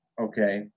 okay